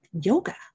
Yoga